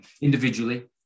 individually